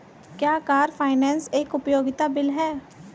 क्या car finance एक उपयोगिता बिल है?